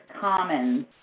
Commons